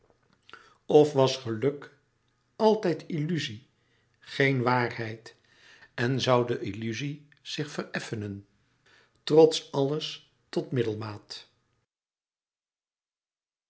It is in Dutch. of was geluk altijd illuzie geén waarheid louis couperus metamorfoze en zou de illuzie zich vereffenen trots alles tot